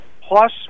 plus